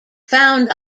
found